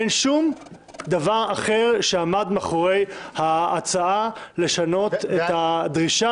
אין שום דבר אחר שעמד מאחורי ההצעה לשנות את הדרישה